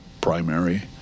primary